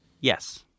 Yes